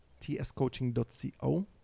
tscoaching.co